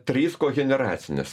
trys koheneracinės